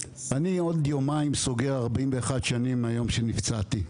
עוד יומיים סוגר 41 שנים מהיום שנפצעתי.